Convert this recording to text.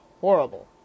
horrible